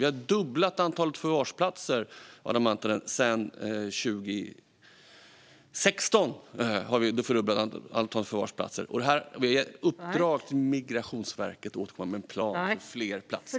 Vi har också dubblat antalet förvarsplatser, Adam Marttinen - sedan 2016 har vi fördubblat antalet förvarsplatser. Vi har även gett ett uppdrag till Migrationsverket att återkomma med en plan för fler platser.